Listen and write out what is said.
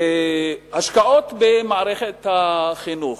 השקעות במערכת החינוך.